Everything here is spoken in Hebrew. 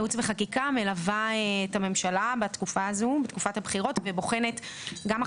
ייעוץ וחקיקה מלווה את הממשלה הזו בתקופת הבחירות הזו ובוחנת גם החלטות.